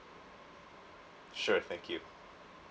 sure thank you